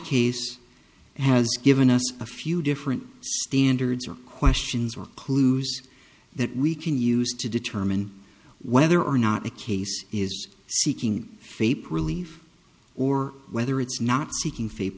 case has given us a few different standards or questions or clues that we can use to determine whether or not the case is seeking fate relief or whether it's not seeking fa